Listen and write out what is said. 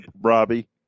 Robbie